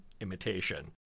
imitation